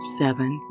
seven